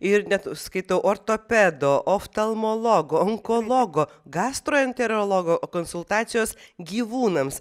ir net skaitau ortopedo oftalmologo onkologo gastroenterologo konsultacijos gyvūnams